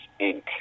Inc